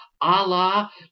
Allah